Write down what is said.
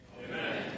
Amen